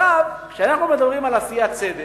עכשיו, כשאנחנו מדברים על עשיית צדק,